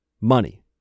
money